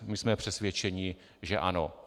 My jsme přesvědčeni, že ano.